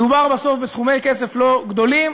מדובר בסוף בסכומי כסף לא גדולים,